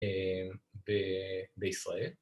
בישראל